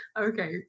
okay